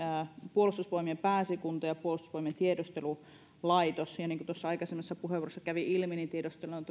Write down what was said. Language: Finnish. puolustusvoimien pääesikunta ja puolustusvoimien tiedustelulaitos niin kuin tuossa aikaisemmassa puheenvuorossa kävi ilmi tiedustelutoimintaa on